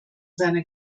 seiner